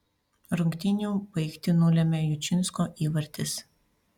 rungtynių baigtį nulėmė jučinsko įvartis